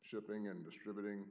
shipping and distributing